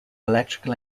electrical